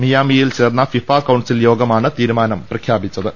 മിയാമിയിൽ ചേർന്ന FIFA council യോഗമാണ് തീരുമാനം പ്രഖ്യാപിച്ചത്